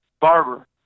barber